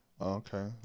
Okay